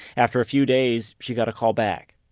after a few days, she got a call back.